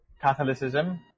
Catholicism